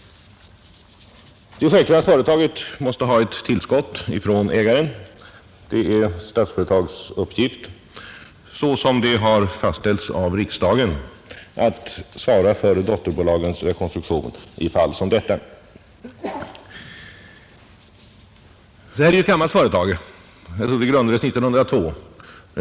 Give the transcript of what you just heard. Det är självklart att företaget måste ha ett tillskott från ägaren. Det är Statsföretags uppgift, så som den har fastställts av riksdagen, att svara för dotterbolagens rekonstruktion i fall som detta. Kalmar verkstads AB är ett gammalt företag. Jag tror att det grundades 1902.